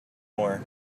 more